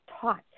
taught